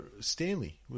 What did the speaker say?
Stanley